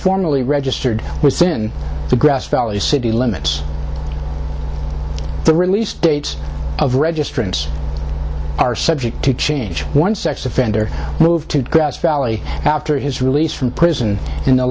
formally registered within the grass valley city limits the release dates of registrants are subject to change one sex offender moved to grass valley after his release from prison in the